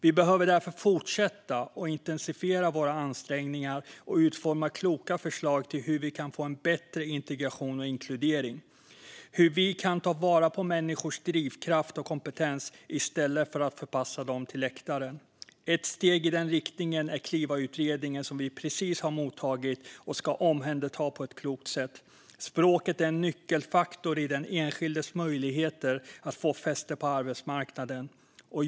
Vi behöver därför fortsätta att intensifiera våra ansträngningar och utforma kloka förslag på hur vi kan få en bättre integration och inkludering och hur vi kan ta vara på människors drivkraft och kompetens i stället för att förpassa dem till läktaren. Ett steg i den riktningen är Klivautredningen, som vi precis har mottagit och ska omhänderta på ett klokt sätt. Språket är en nyckelfaktor i den enskildes möjligheter att få fäste på arbetsmarknaden.